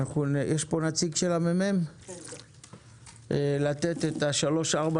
אני מבקש שנעם בוטוש יציג את שלוש ארבע